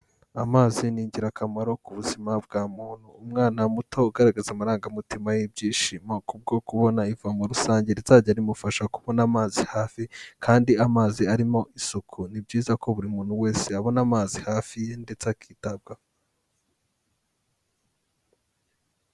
Amazi ni ingirakamaro ku buzima bwa muntu, umwana muto ugaragaza amarangamutima y'ibyishimo kubwo kubona ivomo rusange rizajya rimufasha kubona amazi hafi kandi amazi arimo isuku, ni byiza ko buri muntu wese abona amazi hafi ye ndetse akitabwaho.